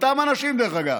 אותם אנשים, דרך אגב,